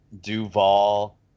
Duvall